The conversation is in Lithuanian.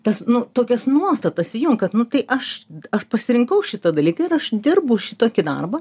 tas nu tokias nuostatas įjunk kad nu tai aš aš pasirinkau šitą dalyką ir aš dirbu šitokį darbą